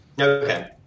Okay